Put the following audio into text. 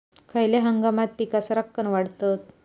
खयल्या हंगामात पीका सरक्कान वाढतत?